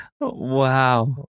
Wow